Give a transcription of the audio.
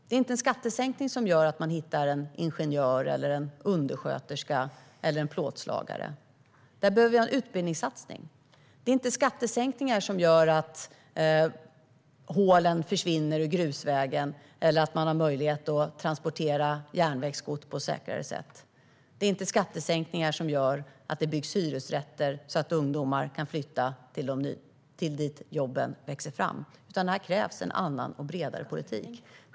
Det är inte en skattesänkning som gör att man hittar en ingenjör, en undersköterska eller en plåtslagare. Där behöver vi göra en utbildningssatsning. Det är inte skattesänkningar som gör att hålen försvinner ur grusvägen eller att man har möjlighet att transportera järnvägsgods på ett säkrare sätt. Det är inte skattesänkningar som gör att det byggs hyresrätter, så att ungdomar kan flytta dit där jobben växer fram. Här krävs en annan och bredare politik.